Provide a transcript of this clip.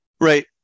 Right